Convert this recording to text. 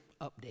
update